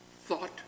thought